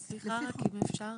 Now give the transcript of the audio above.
סליחה, אם אפשר?